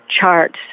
charts